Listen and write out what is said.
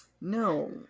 No